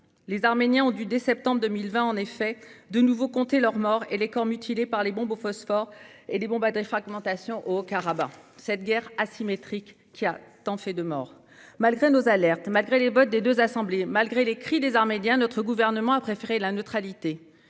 les Arméniens ont dû de nouveau compter leurs morts, les corps mutilés par les bombes au phosphore et les bombes à fragmentation au Haut-Karabagh, lors d'une guerre asymétrique qui a fait tant de morts. Malgré nos alertes, malgré les votes des deux assemblées, malgré les cris des Arméniens, notre gouvernement a préféré la neutralité